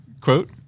quote